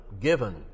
given